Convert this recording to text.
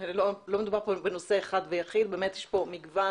לא מדובר פה בנושא אחד ויחיד, באמת יש פה מגוון